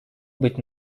быть